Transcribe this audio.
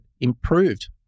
improved